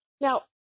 Now